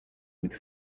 with